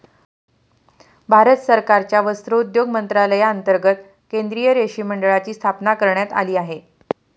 भारत सरकारच्या वस्त्रोद्योग मंत्रालयांतर्गत केंद्रीय रेशीम मंडळाची स्थापना करण्यात आली आहे